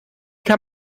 kann